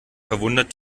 verwundert